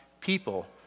people